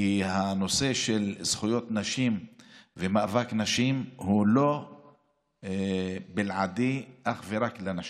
כי הנושא של זכויות נשים ומאבק נשים הוא לא בלעדי אך ורק לנשים,